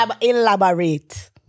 Elaborate